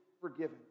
forgiven